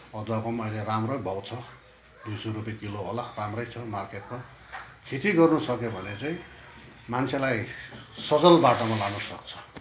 अदुवाको पनि अहिले राम्रै भाउ छ दुई सय रुपियाँ किलो होला राम्रै छ मार्केटमा खेती गर्नुसक्यो भने चाहिँ मान्छेलाई सजल बाटोमा लानुसक्छ